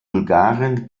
bulgaren